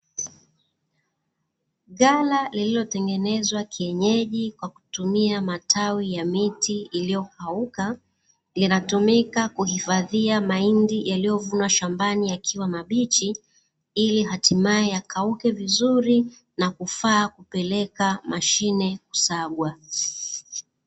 Ghala lililotengenezwa kienyeji kwa kutumia matawi ya miti iliyokauka, inatumika kuhifadhia mahindi yaliyovunwa shambani yakiwa mabichi, ili hatimaye yakauke vizuri na kufaa kupeleka mashine kusagwa.